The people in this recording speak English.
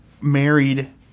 married